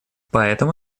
поэтому